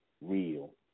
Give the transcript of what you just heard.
real